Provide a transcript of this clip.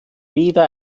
weder